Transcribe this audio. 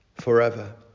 forever